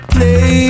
Play